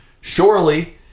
Surely